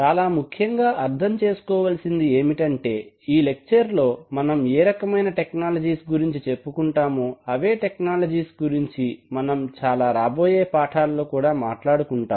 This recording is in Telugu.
చాలా ముఖ్యం గా అర్థం చేసుకోవాల్సింది ఏమిటంటే ఈ లెక్చర్ లో మనం ఏ రకమైన టెక్నాలజీస్ గురించి చెప్పుకుంటామో అవే టెక్నాలజీస్ గురించి మనం చాలా రాబోయే పాఠాల్లో కూడా మాట్లాడుకుంటాం